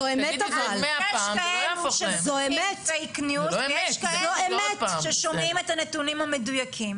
יש כאלה --- ויש כאלה ששומעים את הנתונים המדויקים.